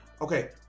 Okay